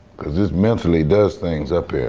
cause this mentally does things up here.